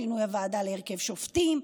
שינוי הוועדה להרכב שופטים.